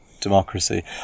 democracy